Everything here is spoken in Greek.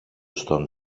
στον